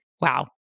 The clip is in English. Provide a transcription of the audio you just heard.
wow